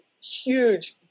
huge –